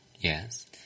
Yes